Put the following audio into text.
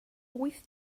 wyth